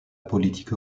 politique